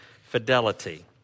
fidelity